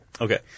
Okay